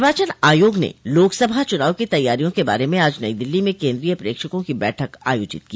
निर्वाचन आयोग ने लोकसभा चुनाव की तैयारियों के बारे में आज नई दिल्ली में केन्द्रीय प्रेक्षकों की बैठक आयोजित की